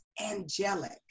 angelic